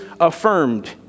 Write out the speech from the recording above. affirmed